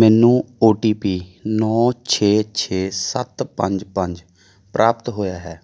ਮੈਨੂੰ O T P ਨੌ ਛੇ ਛੇ ਸੱਤ ਪੰਜ ਪੰਜ ਪ੍ਰਾਪਤ ਹੋਇਆ ਹੈ